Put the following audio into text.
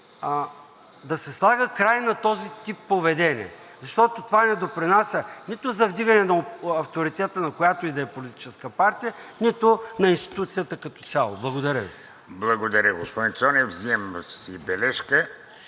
да се слага край на този тип поведение, защото това не допринася нито за вдигане на авторитета на която и да е политическа партия, нито на институцията като цяло. Благодаря Ви. ПРЕДСЕДАТЕЛ ВЕЖДИ РАШИДОВ: Благодаря, господин Цонев. Вземам си бележка.